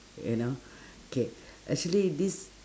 you know okay actually this